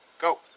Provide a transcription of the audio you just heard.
Go